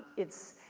it's,